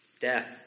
death